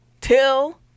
till